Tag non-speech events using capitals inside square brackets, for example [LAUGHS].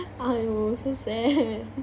!aiyo! so sad [LAUGHS]